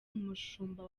umushumba